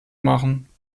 machen